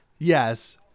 Yes